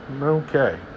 Okay